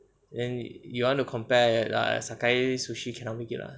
then 你 you want to compare like sakae sushi cannot make it lah